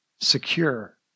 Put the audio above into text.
secure